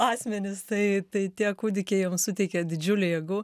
asmenis tai tai tie kūdikiai jom suteikė didžiulį jėgų